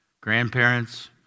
grandparents